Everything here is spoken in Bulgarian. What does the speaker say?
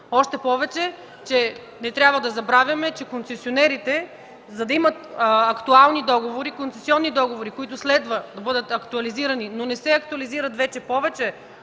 Още повече, не трябва да забравяме, че концесионерите, за да имат актуални концесионни договори, които следва да бъдат актуализирани, но не се актуализат вече повече